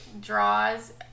draws